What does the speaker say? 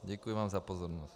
Děkuji vám za pozornost.